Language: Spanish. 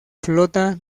flota